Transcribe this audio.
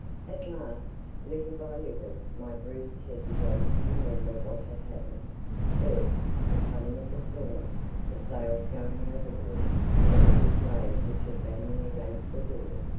at last, little by little, my bruised head began to remember what had happened first, the coming of the storm the sails going overboard then the big wave which had banged me against the door.